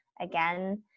again